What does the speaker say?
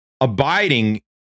abiding